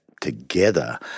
together